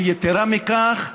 ויתרה מכך,